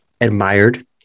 admired